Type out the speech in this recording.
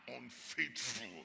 unfaithful